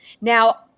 Now